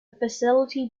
facility